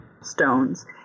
stones